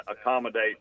accommodate